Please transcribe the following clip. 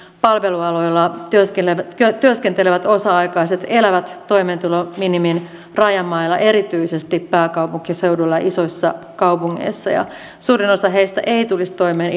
palvelualoilla työskentelevät työskentelevät osa aikaiset elävät toimeentulominimin rajamailla erityisesti pääkaupunkiseudulla ja isoissa kaupungeissa ja suurin osa heistä ei tulisi toimeen